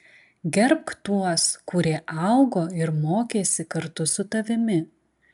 gerbk tuos kurie augo ir mokėsi kartu su tavimi